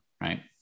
right